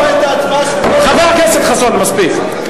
חבר הכנסת חסון, מספיק.